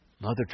Mother